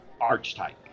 archetype